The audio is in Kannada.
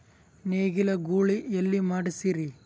ನೇಗಿಲ ಗೂಳಿ ಎಲ್ಲಿ ಮಾಡಸೀರಿ?